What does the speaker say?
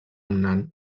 nan